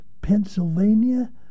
Pennsylvania